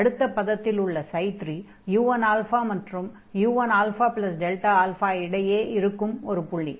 அடுத்த பதத்தில் உள்ள 3 u1α மற்றும் u1α இடையே இருக்கும் புள்ளி